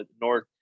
North